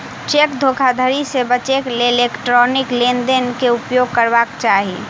cheque धोखाधड़ी से बचैक लेल इलेक्ट्रॉनिक लेन देन के उपयोग करबाक चाही